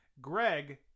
greg